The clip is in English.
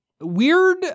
Weird